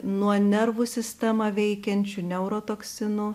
nuo nervų sistemą veikiančių neurotoksinų